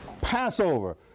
Passover